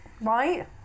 Right